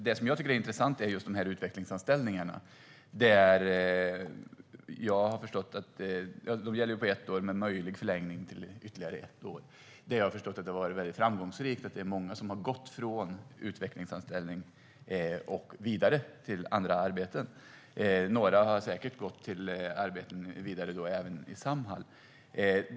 Det som jag tycker är intressant är utvecklingsanställningarna, som är på ett år med möjlig förlängning med ytterligare ett år. Jag har förstått att de har varit framgångsrika och att många har gått vidare från utvecklingsanställning till andra arbeten. Några har säkert gått vidare till andra arbeten inom Samhall.